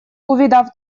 увидав